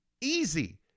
Easy